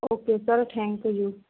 okay sir thank you ਜੀ